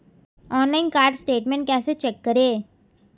Online card statement कैसे check करें?